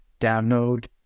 download